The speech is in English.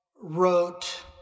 wrote